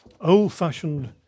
Old-fashioned